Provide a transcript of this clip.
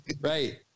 Right